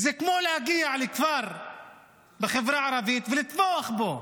זה כמו להגיע לכפר בחברה הערבית ולטבוח בו,